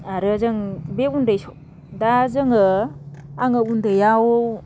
आरो जों बे उन्दै दा जोङो आङो उन्दैयाव